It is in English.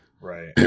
right